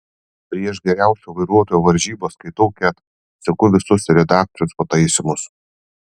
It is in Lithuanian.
prieš geriausio vairuotojo varžybas skaitau ket seku visus redakcijos pataisymus